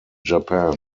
japan